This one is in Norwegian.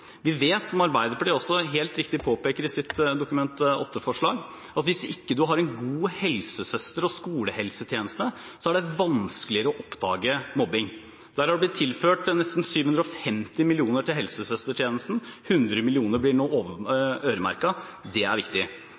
Vi vet, som Arbeiderpartiet også helt riktig påpeker i sitt Dokument 8-forslag, at hvis en ikke har en god helsesøster- og skolehelsetjeneste, er det vanskeligere å oppdage mobbing. Der er det blitt tilført nesten 750 mill. kr til helsesøstertjenesten. 100 mill. kr blir nå øremerket – det er viktig.